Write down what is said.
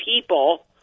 people